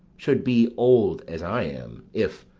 should be old as i am, if,